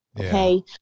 Okay